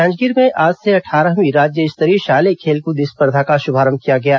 जांजगीर में आज से अट्ठारहवीं राज्य स्तरीय शालेय खेलकृद स्पर्धा का शुभारंभ किया गया है